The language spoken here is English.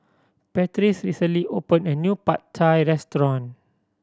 Patrice recently opened a new Pad Thai Restaurant